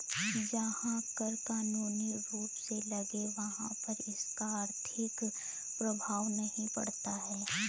जहां कर कानूनी रूप से लगे वहाँ पर इसका आर्थिक प्रभाव नहीं पड़ता